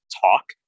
talk